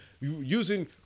using